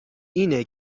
اینه